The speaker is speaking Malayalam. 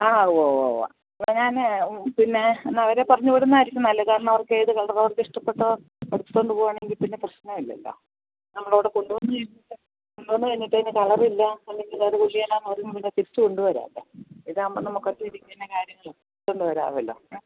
ആ ഉവ്വ് ഉവ്വ് ഉവ്വ് ഞാൻ പിന്നെ എന്നാ അവരെ പറഞ്ഞ് വിടുന്നതായിരിക്കും നല്ലത് കാരണം അവർക്ക് ഏത് കളർ നോക്കി അവർക്ക് ഇഷ്ടപ്പെട്ട് എടുത്തുകൊണ്ട് പോകുകയാണെങ്കിൽ പിന്നെ പ്രശ്നമില്ലല്ലോ നമ്മൾ അവിടെ കൊണ്ട് വന്ന് കഴിഞ്ഞിട്ട് കൊണ്ട് വന്ന് കഴിഞ്ഞിട്ട് പിന്നെ കളറില്ല അല്ലെങ്കിൽ അത് കൊള്ളുകയില്ല പറയും പിന്നത് തിരിച്ച് കൊണ്ട് വരണ്ടേ അപ്പോൾ ഇതാകുമ്പോൾ നമുക്ക് തിരിച്ച് തരേണ്ട കാര്യമില്ലല്ലോ കൊണ്ട് വരാവല്ലോ ഏ